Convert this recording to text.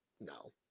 No